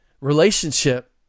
relationship